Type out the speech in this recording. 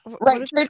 Right